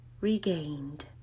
regained